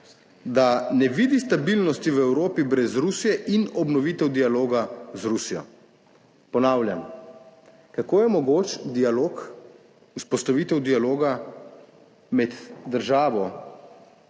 »da ne vidi stabilnosti v Evropi brez Rusije in obnovitev dialoga z Rusijo«. Ponavljam, kako je mogoč dialog, vzpostavitev dialoga med državo,